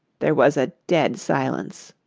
there was a dead silence.